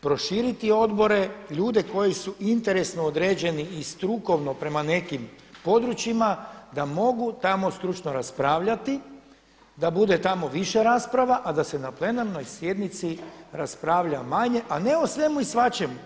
proširiti odbore, ljude koji su interesno određeni i strukovno prema nekim područjima da mogu tamo stručno raspravljati, da bude tamo više rasprava a da se na plenarnoj sjednici raspravlja manje a ne o svemu i svačemu.